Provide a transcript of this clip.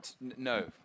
No